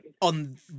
on